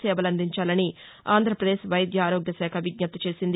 నేవలందించాలని ఆంధ్రప్రదేశ్ వైద్య ఆరోగ్య శాఖ విజ్ఞప్తి చేసింది